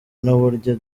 n’uburyo